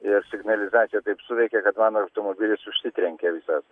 ir signalizacija taip suveikė kad mano automobilis užsitrenkė visas